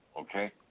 Okay